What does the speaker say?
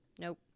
nope